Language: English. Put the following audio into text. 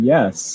Yes